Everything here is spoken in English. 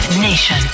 Nation